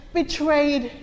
betrayed